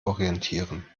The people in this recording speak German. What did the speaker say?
orientieren